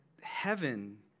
heaven